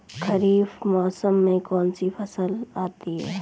खरीफ मौसम में कौनसी फसल आती हैं?